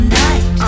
night